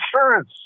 insurance